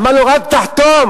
אמר לו: רק תחתום,